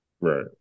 Right